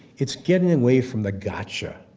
it's getting away from the gotcha